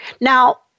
Now